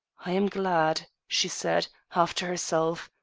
i am glad, she said, half to herself.